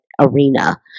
arena